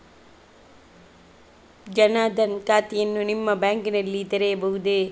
ಜನ ದನ್ ಖಾತೆಯನ್ನು ನಿಮ್ಮ ಬ್ಯಾಂಕ್ ನಲ್ಲಿ ತೆರೆಯಬಹುದೇ?